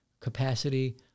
capacity